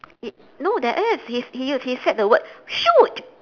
y~ no there is he he he said the word shoot